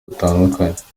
butandukanye